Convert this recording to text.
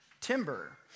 timber